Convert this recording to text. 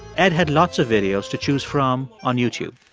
ed had lots of videos to choose from on youtube